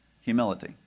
humility